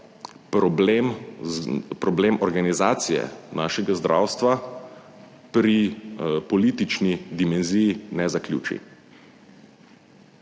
problem organizacije našega zdravstva pri politični dimenziji ne zaključi.